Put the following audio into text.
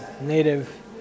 native